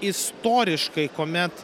istoriškai kuomet